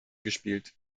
gespielt